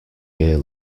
gear